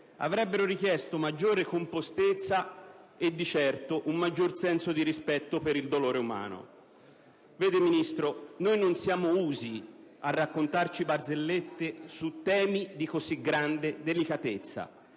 avrebbero richiesto maggiore compostezza e, di certo, maggiore senso di rispetto per il dolore umano. Vede signor Ministro, non siamo usi a raccontarci barzellette su temi di così grande delicatezza.